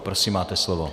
Prosím, máte slovo.